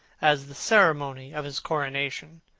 as the ceremony of his coronation.